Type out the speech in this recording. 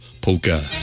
Polka